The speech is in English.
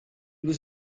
was